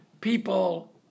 people